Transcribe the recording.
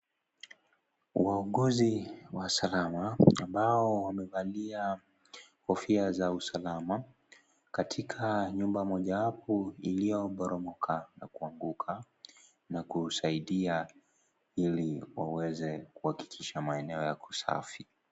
Waongozi wa usalama ambao wamevalia kofia za usalama katika nyumba mmojawapo ilio poromoka na kuanguka na kusaidia ili waweze kuhakikisha maeneo yako safi.